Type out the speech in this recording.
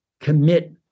commit